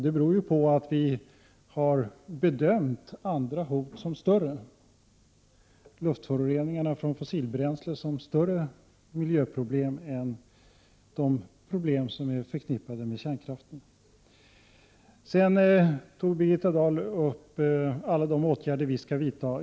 Det beror på att vi har bedömt andra hot som större än de problem som är förknippade med kärnkraften, t.ex. luftföroreningarna från fossilbränslen. Birgitta Dahl tog upp alla de åtgärder som vi skall vidta.